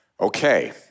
Okay